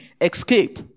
escape